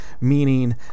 meaning